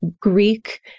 Greek